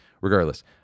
regardless